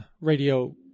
radio